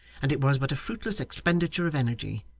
and it was but a fruitless expenditure of energy,